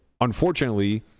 Unfortunately